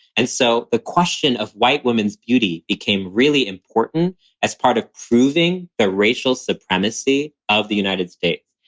and so the question of white women's beauty became really important as part of proving the racial supremacy of the united states.